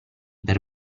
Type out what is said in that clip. per